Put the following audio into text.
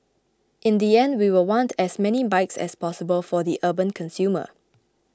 in the end we will want as many bikes as possible for the urban consumer